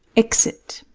exit